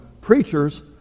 preachers